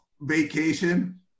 vacation